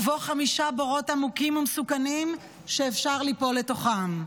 ובו חמישה בורות עמוקים ומסוכנים שאפשר ליפול לתוכם.